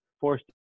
forced